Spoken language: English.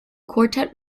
quartet